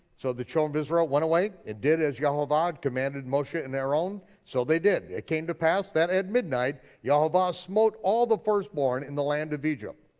so the children of israel went away and did as yehovah commanded moshe and aaron, so they did, it came to pass that at midnight, yehovah smote all the firstborn in the land of egypt.